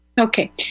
okay